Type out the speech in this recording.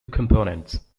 components